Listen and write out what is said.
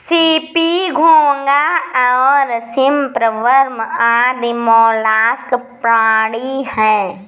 CP, घोंगा और shrimp worm आदि मौलास्क प्राणी हैं